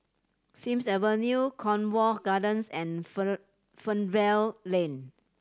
Sims Avenue Cornwall Gardens and Fernvale Lane